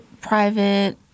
private